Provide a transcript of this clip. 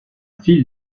file